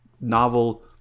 novel